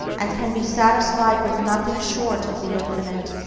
and can be satisfied with nothing short of the infinite,